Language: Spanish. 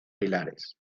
pilares